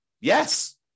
Yes